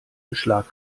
beschlag